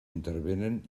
intervenen